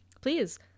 please